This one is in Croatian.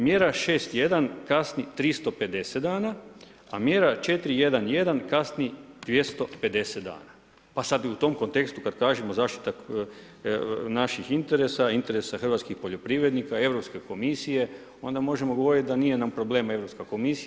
Mjera 6.1 kasni 350 dana, a mjera 4.11 kasni 250 dana, pa sad u tom kontekstu kad kažemo zaštita naših interesa, interesa hrvatskih poljoprivrednika, Europske komisije, onda možemo govoriti da nije nam problem Europska komisija.